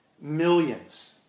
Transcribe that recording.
millions